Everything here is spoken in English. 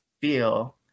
feel